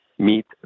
meet